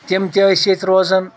تِم تہِ ٲسۍ ییٚتہِ روزان